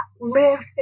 live